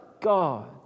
God